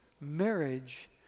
marriage